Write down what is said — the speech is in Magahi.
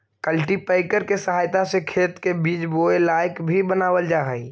कल्टीपैकर के सहायता से खेत के बीज बोए लायक भी बनावल जा हई